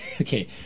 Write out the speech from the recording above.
Okay